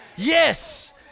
Yes